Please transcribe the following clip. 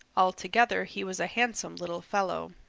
all together he was a handsome little fellow.